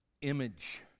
image